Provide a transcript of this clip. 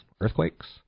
earthquakes